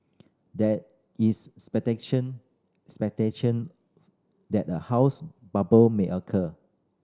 there is that a housing bubble may occur